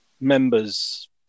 members